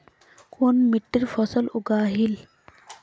कुन मिट्टी ज्यादा फसल उगहिल?